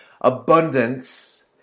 abundance